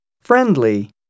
Friendly